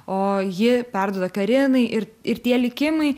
o ji perduoda karinai ir ir tie likimai